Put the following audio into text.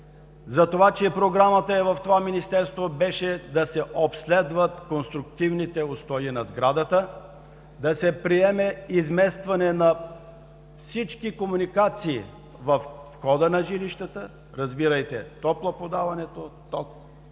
за това, че Програмата е в това Министерство, беше да се обследват конструктивните устои на сградата, да се приеме изместване на всички комуникации във входа на жилищата, разбирайте – топлоподаването, ток,